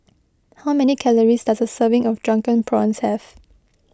how many calories does a serving of Drunken Prawns have